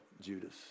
Judas